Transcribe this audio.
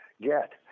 get